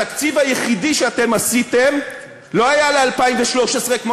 התקציב היחידי שאתם עשיתם לא היה ל-2013 כמו